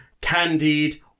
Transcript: candied